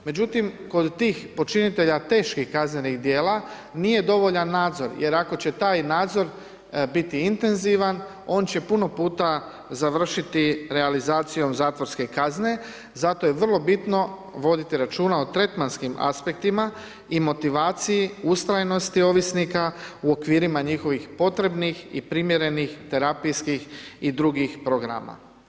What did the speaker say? Međutim, kod tih počinitelja teških kaznenih dijela, nije dovoljan nadzor, jer ako će taj nadzor biti intenzivan, on će puno puta završiti realizacijom zatvorske kazne, zato je vrlo bitno voditi računa o terminskim aspektima i motivaciji, ustrajnosti ovisnika u okvirima njihovih potrebnih i primjerenih terapijskih i drugih programa.